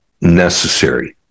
necessary